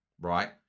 right